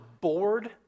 bored